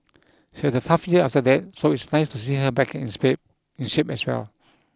she had a tough year after that so it's nice to see her back in space in shape as well